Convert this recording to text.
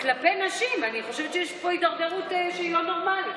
ועוד ועדת חריגים.